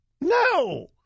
no